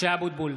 משה אבוטבול,